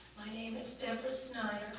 my name is deborah snyder.